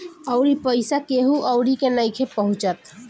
अउरी पईसा केहु अउरी के नइखे पहुचत